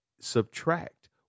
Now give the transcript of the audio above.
subtract